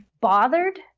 bothered